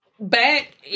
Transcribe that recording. Back